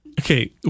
Okay